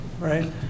right